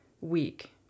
week